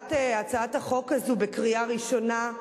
העברת הצעת החוק הזאת בקריאה ראשונה.